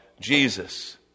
Jesus